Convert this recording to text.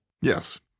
Yes